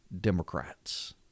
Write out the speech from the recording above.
Democrats